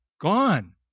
gone